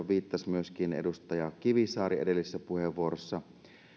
viittasi myöskin edustaja kivisaari edellisessä puheenvuorossa